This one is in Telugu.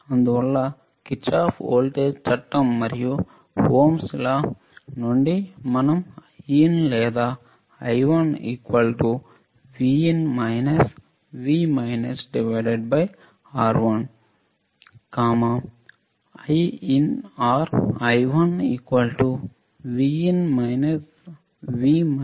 అందువల్ల కిర్చాఫ్ వోల్టేజ్ చట్టం మరియు ఓమ్ లా నుండి మనం Iin లేదాI1R1 Iin or I1R1